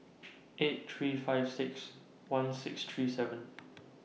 eight three five six one six three seven